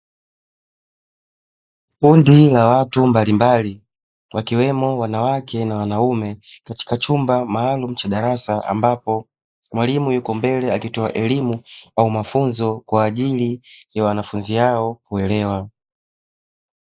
Kundi la watu mbalimbali wakiwemo wanawake na wanaume katika chumba maalumu cha darasa, ambapo mwalimu yuko mbele akitoa elimu au mafunzo kwa ajili ya wanafunzi hao kuelewa.